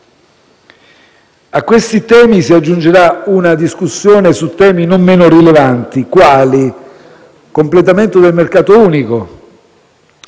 A questi temi si aggiungerà una discussione su temi non meno rilevanti, quali il completamento del mercato unico.